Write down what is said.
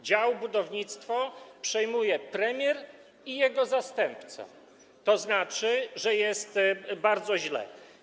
Dział budownictwo przejmują premier i jego zastępca, a to znaczy, że jest bardzo źle.